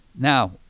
Now